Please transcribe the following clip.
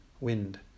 wind